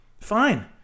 fine